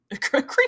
creepy